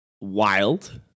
wild